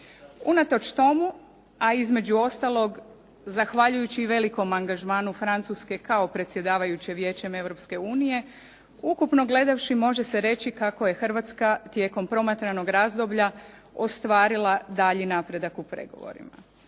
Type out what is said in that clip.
Unatoč tomu, a između ostalog zahvaljujući i velikom angažmanu Francuske kao predsjedavajuće Vijećem Europske unije, ukupno gledavši može se reći kako je Hrvatska tijekom promatranog razdoblja ostvarila dalji napredak u pregovorima.